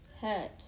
hurt